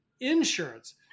insurance